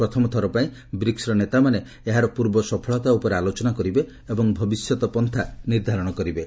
ପ୍ରଥମ ଥର ପାଇଁ ବ୍ରିକ୍ସର ନେତାମାନେ ଏହାର ପୂର୍ବ ସଫଳତା ଉପରେ ଆଲୋଚନା କରିବେ ଏବଂ ଭବିଷ୍ୟତ ପନ୍ଥା ନିର୍ଦ୍ଧାରଣ କରିବେ